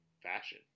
fashion